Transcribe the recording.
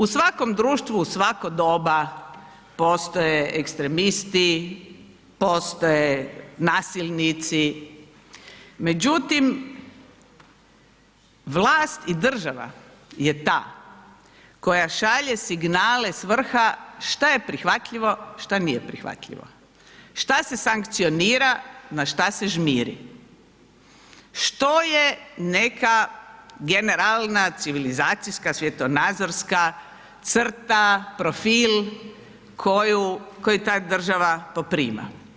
U svakom društvu u svako doba postoje ekstremisti, postoje nasilnici, međutim, vlast i država je ta koja šalje signale s vrha šta je prihvatljivo, šta nije prihvatljivo, šta se sankcionira, na šta se žmiri, što je neka generalna civilizacijska svjetonazorska crta, profil, koji ta država poprima.